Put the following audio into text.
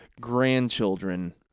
grandchildren